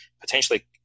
potentially